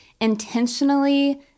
intentionally